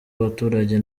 abaturage